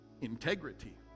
integrity